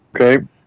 Okay